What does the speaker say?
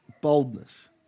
boldness